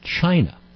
China